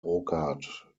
rocard